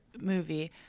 movie